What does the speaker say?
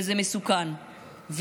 וזה מסוכן,